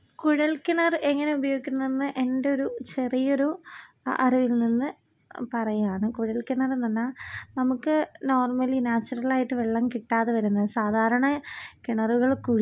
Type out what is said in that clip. ഞാൻ ഒരു ദിവസം ഒരു രണ്ടു മൂന്ന് തവണ എങ്കിലും വാർത്തകൾ വായിക്കുകയും കേൾക്കുന്ന ആളാണ് രാവിലെ ആകുമ്പോൾ വീട്ട് മുറ്റത്ത് പത്രം വരുന്നു പത്രം എടുത്ത് വായിക്കുന്നു അതുപോലെ തന്നെ ടി വിയിലാണെങ്കിൽ ലൈവായിട്ടുള്ള ന്യൂസുകൾ കാണാറുള്ള ഒരാളാണ് ഞാൻ